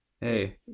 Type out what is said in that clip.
hey